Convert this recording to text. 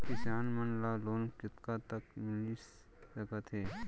किसान मन ला लोन कतका तक मिलिस सकथे?